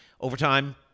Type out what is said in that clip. overtime